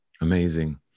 amazing